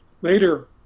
Later